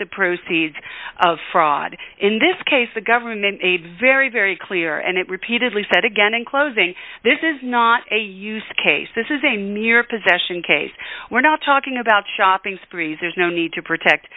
the proceeds of fraud in this case the government aid very very clear and it repeatedly said again in closing this is not a use case this is a mere possession case we're not talking about shopping sprees there's no need to protect